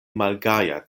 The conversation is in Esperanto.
malgaja